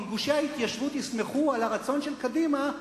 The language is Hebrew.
אם גושי ההתיישבות יסמכו על הרצון של קדימה,